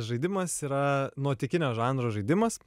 žaidimas yra nuotykinio žanro žaidimas